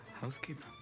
Housekeeper